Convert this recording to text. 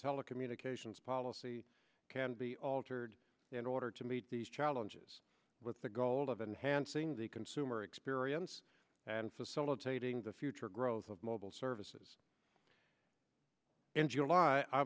telecommunications policy can be altered in order to meet these challenges with the goal of enhancing the consumer experience and facilitating the future growth of mobile services in july i